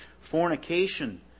fornication